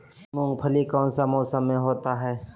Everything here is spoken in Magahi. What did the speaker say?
मूंगफली कौन सा मौसम में होते हैं?